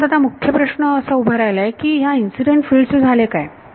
म्हणून आता मुख्य प्रश्न उभा राहिला आहे की ह्या इन्सिडेंट फिल्ड चे झाले काय